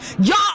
Y'all